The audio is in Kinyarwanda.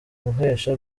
kumuhesha